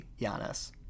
Giannis